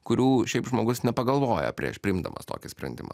kurių šiaip žmogus nepagalvoja prieš priimdamas tokį sprendimą